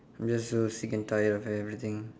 I'm just so sick and tired of everything